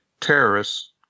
terrorists